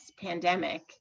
pandemic